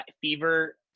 fever